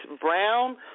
Brown